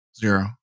Zero